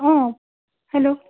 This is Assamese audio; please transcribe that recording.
অ' হেল্ল'